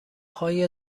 های